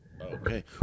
Okay